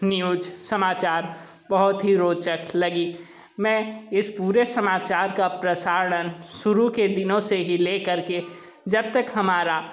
news समाचार बहुत ही रोचक लगी मैं इस पूरे समाचार का प्रसारण शुरू के दिनों से ही ले करके जब तक हमारा